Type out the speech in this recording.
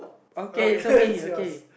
okay show me okay